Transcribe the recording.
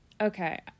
Okay